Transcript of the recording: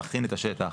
להכין את השטח